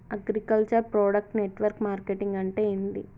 Agriculture product network marketing అంటే ఏంది?